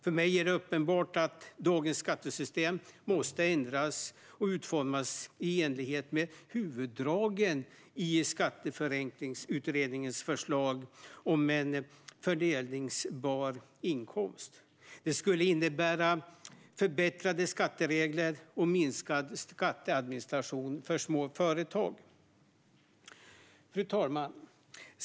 För mig är det uppenbart att dagens skattesystem måste ändras och utformas i enlighet med huvuddragen i Skatteförenklingsutredningens förslag om en fördelningsbar inkomst. Det skulle innebära förbättrade skatteregler och minskad skatteadministration för små företag. Fru talman!